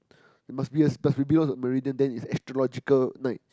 he must be a must be below the meridian then it's astrological night